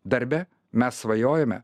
darbe mes svajojome